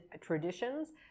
traditions